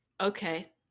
Okay